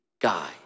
guy